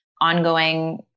ongoing